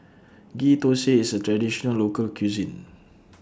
Ghee Thosai IS A Traditional Local Cuisine